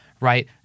right